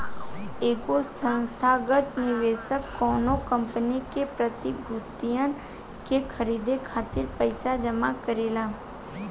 एगो संस्थागत निवेशक कौनो कंपनी के प्रतिभूतियन के खरीदे खातिर पईसा जमा करेला